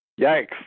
Yikes